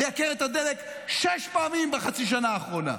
לייקר את הדלק שש פעמים בחצי השנה האחרונה?